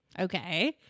okay